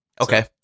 Okay